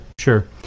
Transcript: Sure